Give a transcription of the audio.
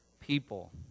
people